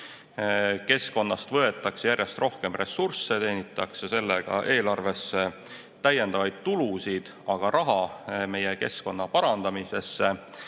Keskkonnast võetakse järjest rohkem ressursse, teenitakse sellega eelarvesse täiendavaid tulusid, aga raha meie keskkonna parandamisesse